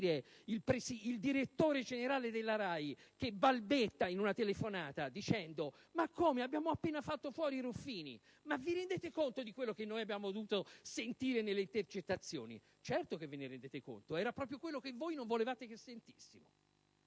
il direttore generale della Rai che balbetta in una telefonata, dicendo: "Ma come? Abbiamo appena fatto fuori Ruffini!" Ma vi rendete conto di quello che abbiamo dovuto sentire nelle intercettazioni? Certo che ve ne rendete conto: era proprio quello che voi non volevate che sentissimo!